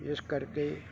ਇਸ ਕਰਕੇ